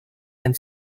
and